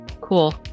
Cool